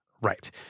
Right